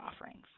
offerings